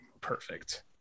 perfect